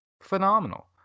Phenomenal